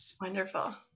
wonderful